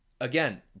again